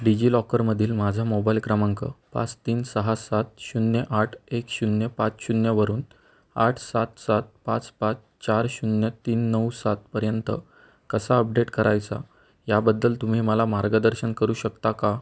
digi लॉकरमधील माझा mobile क्रमांक पाच तीन सहा सात शून्य आठ एक शून्य पाच शून्यवरून आठ सात सात पाच पाच चार शून्य तीन नऊ सातपर्यंत कसा अपडेट करायचा याबद्दल तुम्ही मला मार्गदर्शन करू शकता का